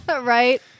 Right